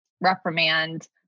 reprimand